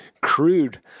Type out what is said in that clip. crude